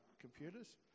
computers